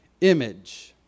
image